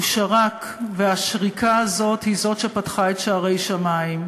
הוא שרק, והשריקה הזו היא זו שפתחה שערי שמים.